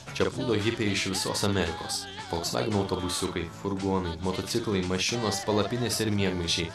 čia plūdo hipiai iš visos amerikos folksvageno autobusiukai furgonai motociklai mašinos palapinės ir miegmaišiai